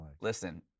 listen